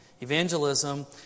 evangelism